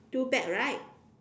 two bag right